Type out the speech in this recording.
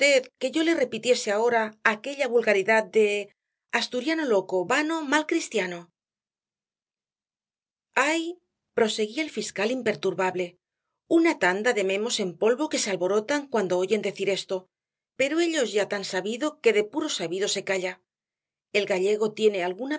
que yo le repitiese ahora aquella vulgaridad de asturiano loco vano mal cristiano hay proseguía el fiscal imperturbable una tanda de memos en polvo que se alborotan cuando oyen decir esto pero ello es ya tan sabido que de puro sabido se calla el gallego tiene alguna